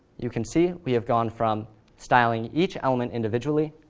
you can see we have gone from styling each element individually,